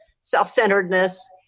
self-centeredness